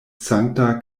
sankta